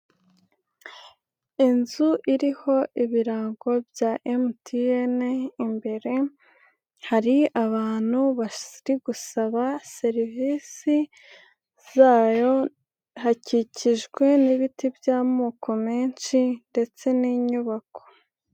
Inzu iriho ibirango bya MTN, imbere hari abantu bari gusaba serivisi zayo hakikijwe n'ibiti by'amoko menshi ndetse n'inyubako.